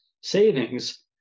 savings